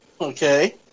Okay